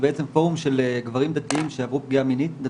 זה בעצם פורום של גברים דתיים וחרדים שעברו פגיעה מינית.